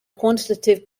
quantitative